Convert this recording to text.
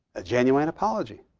a genuine apology.